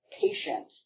patient